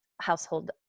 household